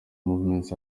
movements